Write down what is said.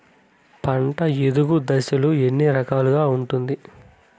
పంట ఎదుగు దశలు ఎన్ని రకాలుగా ఉంటుంది?